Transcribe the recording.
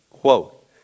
quote